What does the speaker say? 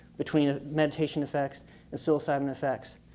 between ah meditation effects and psilocybin effects.